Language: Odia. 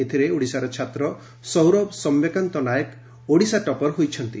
ଏଥିରେ ଓଡ଼ିଶାର ଛାତ୍ର ସୌରଭ ସୌମ୍ୟକାନ୍ତ ନାୟକ ଓଡ଼ିଶା ଟପର ହୋଇଛନ୍ତି